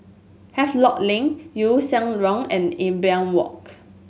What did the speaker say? Havelock Link Yew Siang Road and Imbiah Walk